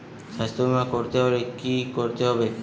স্বাস্থ্যবীমা করতে হলে কি করতে হবে?